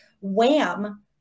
Wham